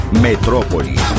Metrópolis